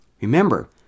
Remember